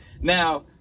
now